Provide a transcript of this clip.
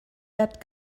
that